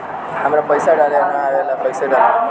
हमरा पईसा डाले ना आवेला कइसे डाली?